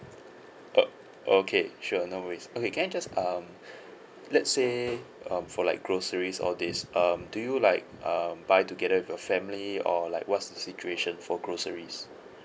o~ okay sure no worries okay can I just um let's say um for like groceries all these um do you like um buy together with your family or like what's the situation for groceries